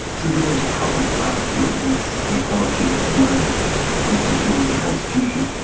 so the way to copper-fasten this equality of marriage was to change the constitution.